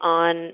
on